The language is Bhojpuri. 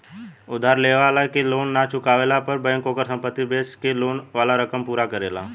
उधार लेवे वाला के लोन ना चुकवला पर बैंक ओकर संपत्ति बेच के लोन वाला रकम पूरा करेला